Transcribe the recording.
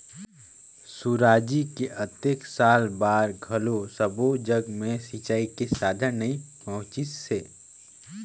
सुराजी के अतेक साल बार घलो सब्बो जघा मे सिंचई के साधन नइ पहुंचिसे